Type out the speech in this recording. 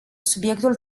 subiectul